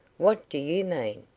what do you mean?